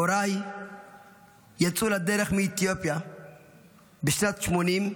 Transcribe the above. הוריי יצאו לדרך מאתיופיה בשנת 1980,